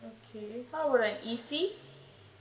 okay how about an E_C